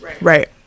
Right